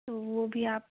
तो वो भी आप